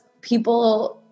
people